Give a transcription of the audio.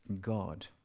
God